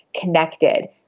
connected